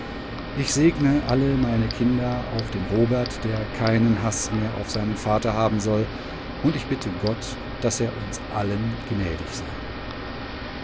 ich segne alle meine kinder auch den robert der keinen haß mehr auf seinen vater haben soll und ich bitte gott daß er uns allen gnädig sei